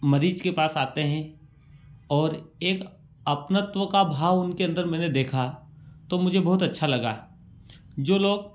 मरीज के पास आते हैं और एक अपनत्व का भाव उनके अंदर मैंने देखा तो मुझे बहुत अच्छा लगा जो लोग